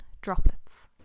Droplets